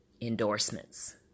endorsements